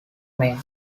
mayne